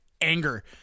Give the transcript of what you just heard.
anger